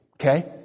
okay